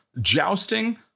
jousting